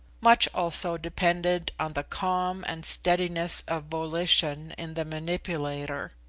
much also depended on the calm and steadiness of volition in the manipulator.